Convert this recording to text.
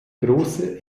große